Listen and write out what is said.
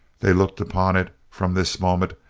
they looked upon it, from this moment,